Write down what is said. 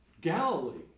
Galilee